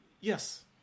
Yes